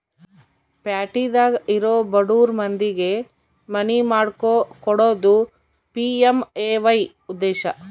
ಪ್ಯಾಟಿದಾಗ ಇರೊ ಬಡುರ್ ಮಂದಿಗೆ ಮನಿ ಮಾಡ್ಕೊಕೊಡೋದು ಪಿ.ಎಮ್.ಎ.ವೈ ಉದ್ದೇಶ